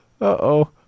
Uh-oh